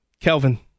Kelvin